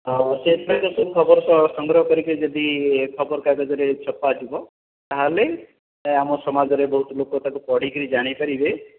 ସେଥିପାଇଁ ଯଦି ଖବର ସଂଗ୍ରହ କରି କରି ଯଦି ଖବର କାଗଜରେ ଛପାଯିବ ତା'ହାଲେ ଆମ ସମାଜରେ ବହୁତ ଲୋକ ତାକୁ ପଢ଼ି କରି ଜାଣିପାରିବେ